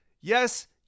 Yes